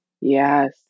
Yes